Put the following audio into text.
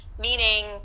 Meaning